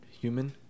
human